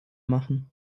machen